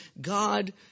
God